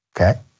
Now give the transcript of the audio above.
Okay